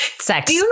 sex